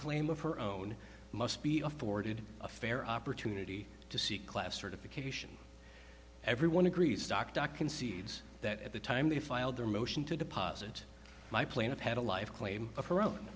claim of her own must be afforded a fair opportunity to see class certification everyone agrees stock doc concedes that at the time they filed their motion to deposit my plane of had a life claim of her own